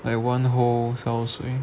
like one whole 烧水